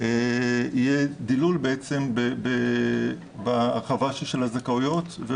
יהיה דילול בהרחבה של הזכאויות.